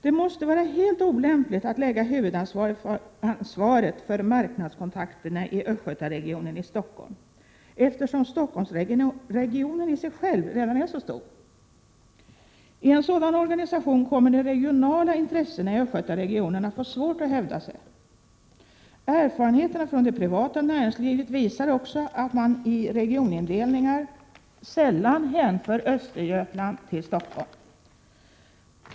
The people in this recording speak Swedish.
Det måste vara helt olämpligt att lägga huvudansvaret för marknadskontakterna i Östgötaregionen i Stockholm, eftersom Stockholmsregionen i sig själv redan är så stor. I en sådan organisation kommer de regionala intressena i Östgötaregionen att få svårt att hävda sig. Erfarenheterna från det privata näringslivet visar också att man i regionindelningar sällan hänför Östergötland till Stockholm.